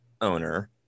owner